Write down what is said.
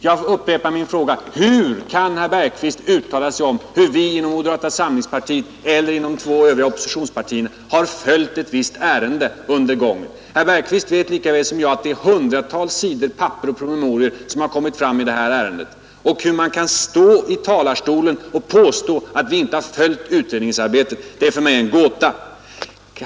Jag upprepar min fråga: Hur kan herr Bergqvist uttala sig om hur vi inom moderata samlingspartiet eller hur man inom de två övriga oppositionspartierna har följt ett visst ärende under dess gång? Herr Bergqvist vet lika väl som jag att det är hundratals papper och promemorior som har kommit fram i detta ärende. Hur man kan stå i talarstolen och påstå att vi inte har följt utredningsarbetet är för mig en gåta.